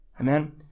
Amen